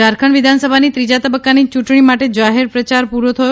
ઝારખંડ વિધાનસભાની ત્રીજા તબક્કાની યૂંટણી માટે જાહેર પ્રચાર પૂરો થયો